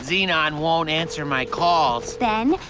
xenon won't answer my calls. ben,